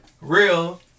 real